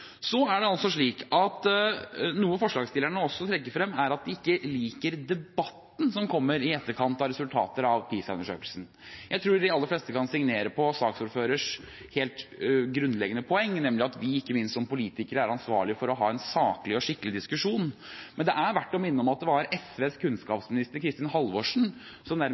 Noe forslagsstillerne også trekker frem, er at de ikke liker debatten som kommer i etterkant av resultater av PISA-undersøkelsen. Jeg tror de aller fleste kan signere saksordførerens helt grunnleggende poeng, nemlig at ikke minst vi som politikere er ansvarlig for å ha en saklig og skikkelig diskusjon. Men det er verdt å minne om at det var kommende kunnskapsminister Kristin Halvorsen, fra SV, som